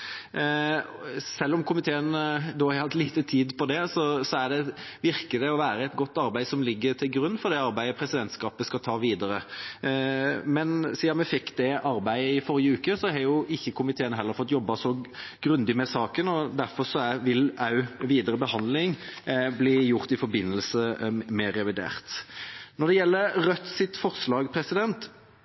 Selv om komiteen har hatt liten tid på det, virker det å være et godt arbeid som ligger til grunn for det arbeidet presidentskapet skal ta videre. Siden vi fikk det arbeidet i forrige uke, har ikke komiteen heller fått jobbet så grundig med saken, derfor vil videre behandling bli gjort i forbindelse med revidert nasjonalbudsjett. Når det gjelder Rødts forslag,